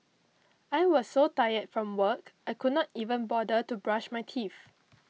I was so tired from work I could not even bother to brush my teeth